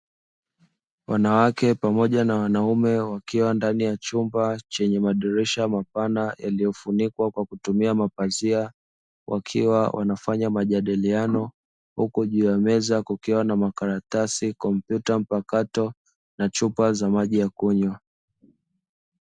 Wanawake na wanaume wakiwa ndani ya chumba chenye madirisha mapana yaliyofunikwa kwa kutumia mapazia wakiwa wanafanya majadiliano, huku juu ya meza kukiwa na makaratasi na kompyuta mpakato na chupa za maji ya kunywa.